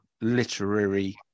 literary